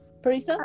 Parisa